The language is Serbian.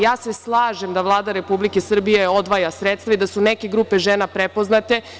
Ja se slažem da Vlada Srbije odvaja sredstva i da su neke grupe žena prepoznate.